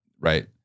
Right